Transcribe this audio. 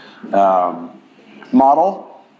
Model